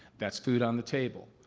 that's food on the table.